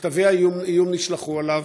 מכתבי איום נשלחו אליו,